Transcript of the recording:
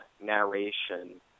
narration